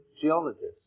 geologists